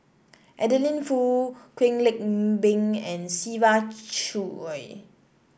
Adeline Foo Kwek Le Ng Beng and Siva Choy